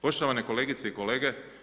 Poštovane kolegice i kolege.